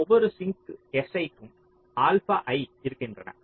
ஒவ்வொரு sink si க்கும் alpha i இருக்கின்றன